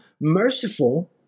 merciful